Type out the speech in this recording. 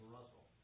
Russell